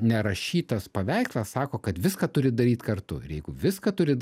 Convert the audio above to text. nerašytas paveikslas sako kad viską turit daryt kartu ir jeigu viską turit